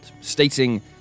stating